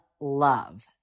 love